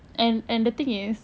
and and the thing is